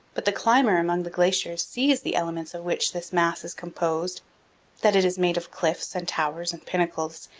but the climber among the glaciers sees the elements of which this mass is composed that it is made of cliffs and towers and pinnacles,